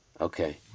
Okay